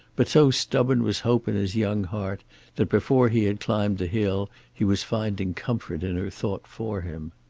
but so stubborn was hope in his young heart that before he had climbed the hill he was finding comfort in her thought for him.